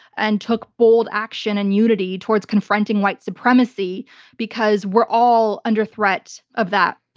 and took bold action and unity towards confronting white supremacy because we're all under threat of that.